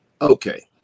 Okay